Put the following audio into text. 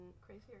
crazier